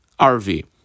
rv